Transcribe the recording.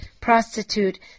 prostitute